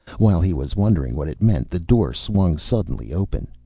while he was wondering what it meant, the door swung suddenly open.